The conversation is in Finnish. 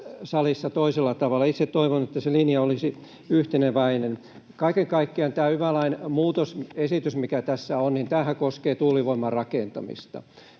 salissa toisella tavalla. Itse toivon, että se linja olisi yhteneväinen. Kaiken kaikkiaanhan tämä yva-lain muutosesitys, mikä tässä on, koskee tuulivoiman rakentamista.